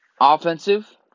offensive